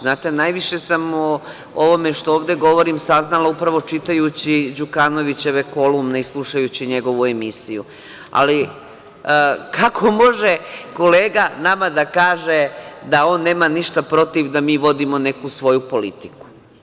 Znate, najviše sam o ovome što ovde govorim saznala upravo čitajući Đukanovićeve kolumne i slušajući njegovu emisiju, ali kako može kolega nama da kaže da on nema ništa protiv da mi vodimo neku svoju politiku.